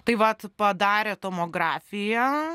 tai vat padarė tomografiją